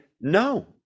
no